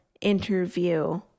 interview